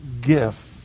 gift